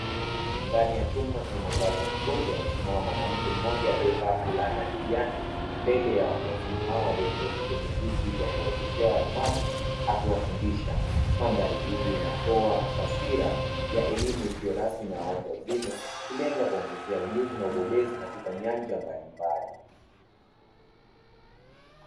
Ndani ya chumba chenye mwangaza mzuri amesimama mwanamke mmoja aliyevaa fulana ya kijani mbele ya watu wazima hawa walioketi kwenye viti vya kuwaendeshea walemavu akiwafundisha. Mandhari hii inatoa taswira ya elimu isiyo rasmi na ya watu wazima, ikilenga kuwaongezea ujuzi na ubobezi katika nyanja mbalimbali.